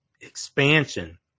expansion